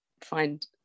find